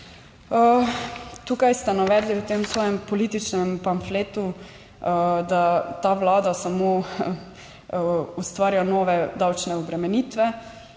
Tukaj ste navedli v tem svojem političnem pamfletu, da ta vlada samo ustvarja nove davčne obremenitve,